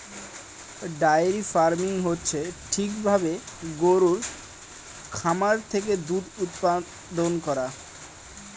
diary farming হচ্ছে ঠিক ভাবে গরুর খামার থেকে দুধ উৎপাদান করা